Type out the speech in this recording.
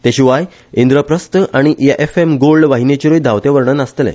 ते शिवाय इंद्रप्रस्त आनी एफएम गोल्ड वाहिनीचेरूय धावते वर्णन आसतले